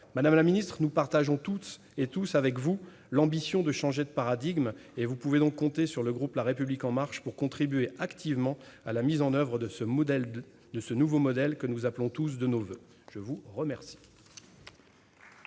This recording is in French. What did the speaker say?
Madame la secrétaire d'État, nous partageons toutes et tous avec vous l'ambition de changer de paradigme. Vous pouvez compter sur le groupe La République En Marche pour contribuer activement à la mise en oeuvre de ce nouveau modèle que nous appelons tous de nos voeux. La parole